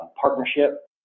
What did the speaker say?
partnership